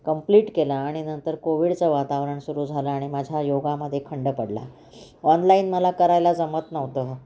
complete केला आणि नंतर कोविडचं वातावरण सुरू झालं आणि माझ्या योगामध्येे खंड पडला ऑनलाईन मला करायला जमत नव्हतं